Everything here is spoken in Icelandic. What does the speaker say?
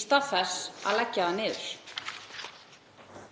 í stað þess að leggja það niður.